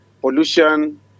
pollution